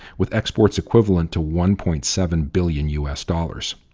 with exports equivalent to one point seven billion u s. dollars.